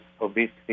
obesity